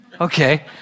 okay